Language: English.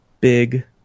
Big